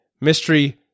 mystery